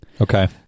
Okay